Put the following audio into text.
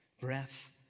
Breath